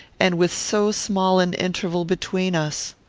and with so small an interval between us.